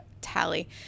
tally